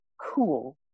cool